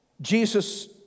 Jesus